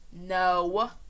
no